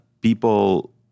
people